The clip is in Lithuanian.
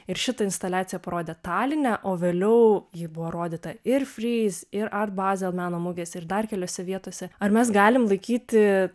ir šitą instaliaciją parodė taline o vėliau ji buvo rodyta ir fryz ir art bazel meno mugės ir dar keliose vietose ar mes galim laikyti